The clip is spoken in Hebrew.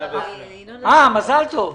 בן 41, מזל טוב,